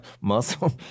Muscle